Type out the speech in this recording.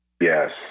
Yes